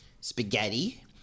spaghetti